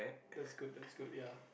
that's good that's good ya